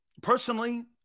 Personally